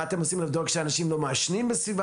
מה אתם עושים כדי לבדוק שאנשים לא מעשנים בסביבה?